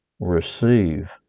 receive